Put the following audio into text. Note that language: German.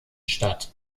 statt